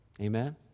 Amen